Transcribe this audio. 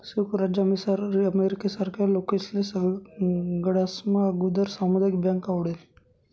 संयुक्त राज्य अमेरिकामझारला लोकेस्ले सगळास्मा आगुदर सामुदायिक बँक आवडनी